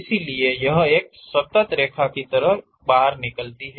इसीलिए यह एक सतत रेखा की तरह निकलती है